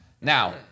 Now